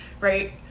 right